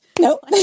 nope